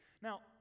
Now